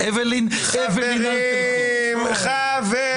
בדרך כלל כשאין מינוי קבוע,